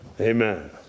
amen